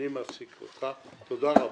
אני מפסיק אותך, תודה רבה.